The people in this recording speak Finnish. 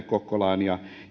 kokkolaan